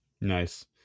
Nice